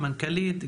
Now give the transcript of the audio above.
המנכ"לית,